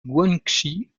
guangxi